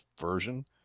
version